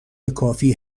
کافی